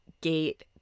gate